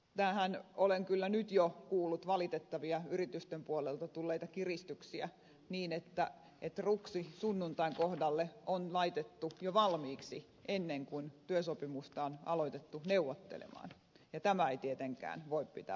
tähän liittyen olen kyllä nyt jo kuullut valitettavista yritysten puolelta tulleista kiristyksistä että ruksi sunnuntain kohdalle on laitettu jo valmiiksi ennen kuin työsopimuksesta on alettu neuvotella ja näin ei tietenkään voi toimia